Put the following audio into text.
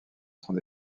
sont